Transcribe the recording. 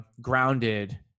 grounded